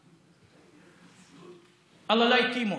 (אומר בערבית: שאלוהים לא יהיה בעזרו.)